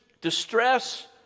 distress